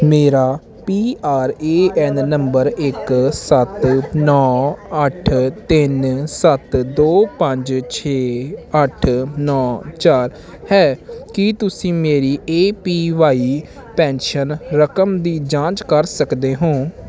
ਮੇਰਾ P R A N number ਇੱਕ ਸੱਤ ਨੌਂ ਅੱਠ ਤਿੰਨ ਸੱਤ ਦੋ ਪੰਜ ਛੇ ਅੱਠ ਨੌਂ ਚਾਰ ਹੈ ਕੀ ਤੁਸੀਂ ਮੇਰੀ ਏ ਪੀ ਵਾਈ ਪੈਨਸ਼ਨ ਰਕਮ ਦੀ ਜਾਂਚ ਕਰ ਸਕਦੇ ਹੋ